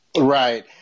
Right